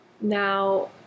Now